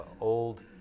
old